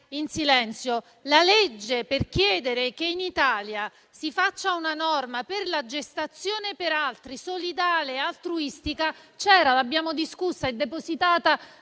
Il disegno di legge per chiedere che in Italia si faccia una norma per la gestazione per altri, solidale e altruistica, c'era già, l'abbiamo discussa ed è stata